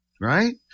Right